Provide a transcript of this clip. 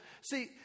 see